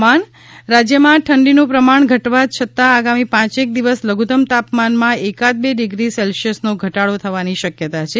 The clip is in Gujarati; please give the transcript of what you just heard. હવામાન રાજ્યમાં ઠંડીનું પ્રમાણ ઘટવા છતાં આગામી પાંચેક દિવસ લધુતમ તાપમાનમાં એકાદ બે ડીગ્રી સેલ્શ્યસનો ઘટાડો થવાની શકથતા છે